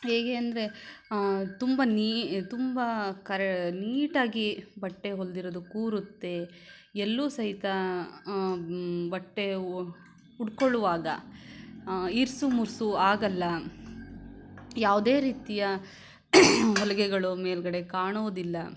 ಹೇಗೆಂದರೆ ತುಂಬ ನೀ ತುಂಬ ಕರೆ ನೀಟಾಗಿ ಬಟ್ಟೆ ಹೊಲ್ದಿರೋದು ಕೂರುತ್ತೆ ಎಲ್ಲೂ ಸಹಿತ ಬಟ್ಟೆ ಉಟ್ಟುಕೊಳ್ಳುವಾಗ ಇರುಸು ಮುರುಸು ಆಗಲ್ಲ ಯಾವುದೇ ರೀತಿಯ ಹೊಲಿಗೆಗಳು ಮೇಲುಗಡೆ ಕಾಣುವುದಿಲ್ಲ